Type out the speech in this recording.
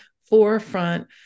forefront